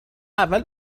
اول